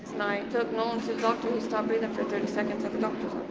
knight took nollan to the doctor, he stopped breathing for thirty seconds at the doctor's